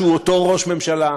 שהוא אותו ראש ממשלה,